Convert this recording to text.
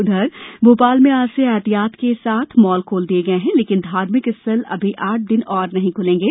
उधर भोपाल में आज से ऐहतियात के साथ मॉल खोल दिये गये हैं लेकिन धार्मिक स्थल अभी आठ दिन और नहीं खुलेंगे